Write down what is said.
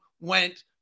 went